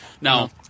Now